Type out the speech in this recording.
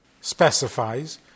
specifies